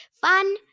Fun